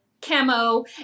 camo